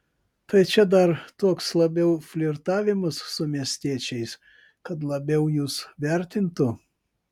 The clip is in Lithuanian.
tai čia dar toks labiau flirtavimas su miestiečiais kad labiau jus vertintų